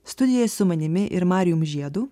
studijoje su manimi ir marijum žiedu